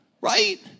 right